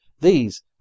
These